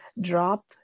drop